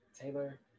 Taylor